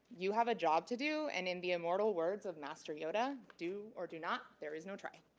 you have a job to do, and in the immortal words of master yoda, do or do not. there is no try.